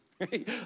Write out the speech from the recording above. right